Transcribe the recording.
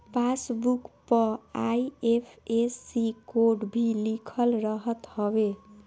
passbook पअ IFSC code भी लिखल रहत हवे